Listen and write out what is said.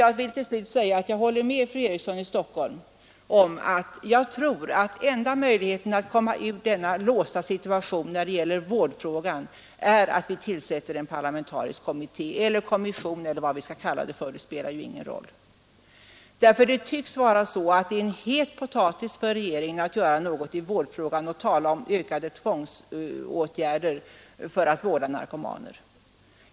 Jag vill till slut säga att jag håller med fru Eriksson i Stockholm om att den enda möjligheten att komma ur denna låsta situation när det gäller vårdfrågan är att vi tillsätter en parlamentarisk kommitté — eller kommission; vad vi skall kalla den spelar ju ingen roll. Det tycks vara en het potatis för regeringen att göra något i vårdfrågan och tala om ökade tvångsåtgärder för att vårda narkomaner.